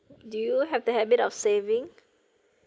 do you have the habit of saving